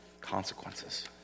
consequences